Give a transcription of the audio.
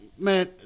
man